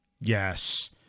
Yes